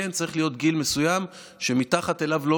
שכן צריך להיות גיל מסוים שמתחתיו לא